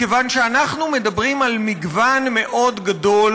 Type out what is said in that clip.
מכיוון שאנחנו מדברים על מגוון מאוד גדול